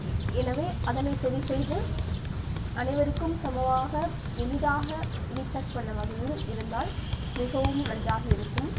எனவே அதனை சரி செய்து அனைவருக்கும் சமமாக எளிதாக ரீசார்ஜ் பண்ணும் வகையில் இருந்தால் மிகவும் நன்றாக இருக்கும்